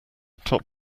top